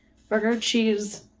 burger, cheese,